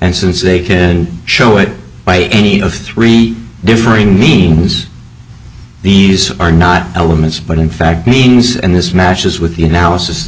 and since they couldn't show it by any of three differing means these are not elements but in fact means and this matches with the analysis